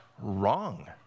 Wrong